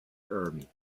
army